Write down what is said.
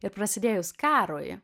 ir prasidėjus karui